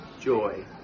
joy